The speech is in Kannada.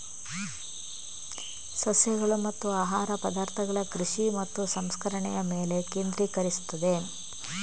ಸಸ್ಯಗಳು ಮತ್ತು ಆಹಾರ ಪದಾರ್ಥಗಳ ಕೃಷಿ ಮತ್ತು ಸಂಸ್ಕರಣೆಯ ಮೇಲೆ ಕೇಂದ್ರೀಕರಿಸುತ್ತದೆ